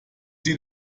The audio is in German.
sie